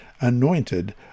anointed